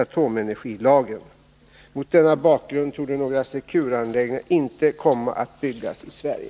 Mot denna bakgrund torde några Secure-anläggningar inte komma att byggas i Sverige.